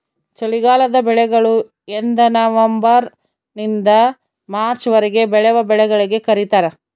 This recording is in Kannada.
ಚಳಿಗಾಲದ ಬೆಳೆಗಳು ಎಂದನವಂಬರ್ ನಿಂದ ಮಾರ್ಚ್ ವರೆಗೆ ಬೆಳೆವ ಬೆಳೆಗಳಿಗೆ ಕರೀತಾರ